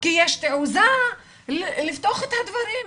כי יש תעוזה לפתוח את הדברים.